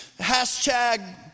hashtag